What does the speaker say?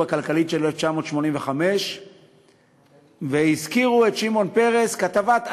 שב"חים ששוהים ולנים וכולם יודעים איפה הם